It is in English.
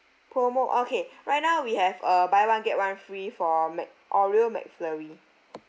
promo okay right now we have uh buy one get one free for mac oreo mcflurry